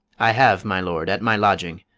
i have, my lord, at my lodging,